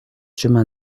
chemin